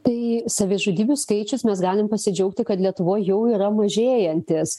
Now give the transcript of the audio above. tai savižudybių skaičius mes galim pasidžiaugti kad lietuvoj jau yra mažėjantis